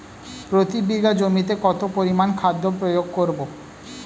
প্রতি বিঘা জমিতে কত পরিমান খাদ্য প্রয়োগ করব?